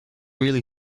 really